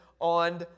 on